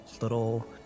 little